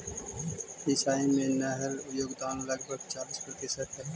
सिंचाई में नहर के योगदान लगभग चालीस प्रतिशत हई